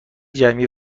جمعی